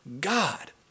God